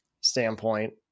standpoint